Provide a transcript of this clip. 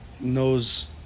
knows